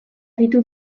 aritu